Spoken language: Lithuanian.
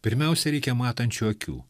pirmiausiai reikia matančių akių